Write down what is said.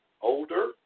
older